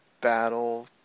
battle